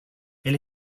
elle